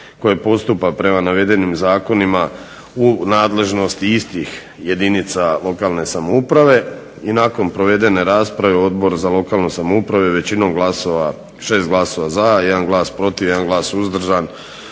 koje postupa prema navedenim zakonima u nadležnosti istih jedinica lokalne samouprave i nakon provedene rasprave Odbor za lokalnu samoupravu je većinom glasova, 6 glasova za i 1 glas protiv, 1 glas suzdržan